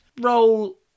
Roll